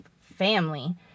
family